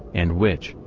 and which,